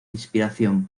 inspiración